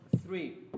three